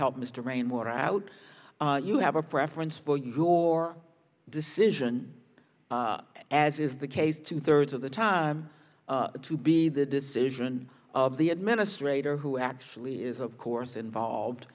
help mr rainwater out you have a preference for your decision as is the case two thirds of the time to be the decision of the administrator who actually is of course involved